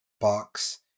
box